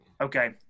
Okay